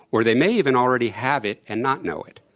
or they may even already have it and not know it.